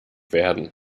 werden